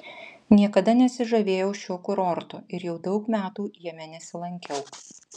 niekada nesižavėjau šiuo kurortu ir jau daug metų jame nesilankiau